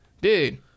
Dude